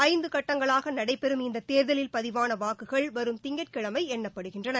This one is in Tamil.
ஐந்து கட்டங்களாக நடைபெறும் இந்த தேர்தலில் பதிவான வாக்குகள் வரும் திங்கட்கிழமை எண்ணப்படுகின்றன